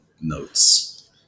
notes